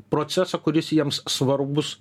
procesą kuris jiems svarbus